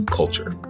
culture